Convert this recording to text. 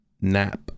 Nap